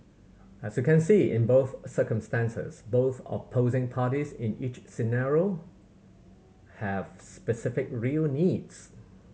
as you can see in both circumstances both opposing parties in each scenario have specific real needs